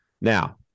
Now